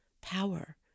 power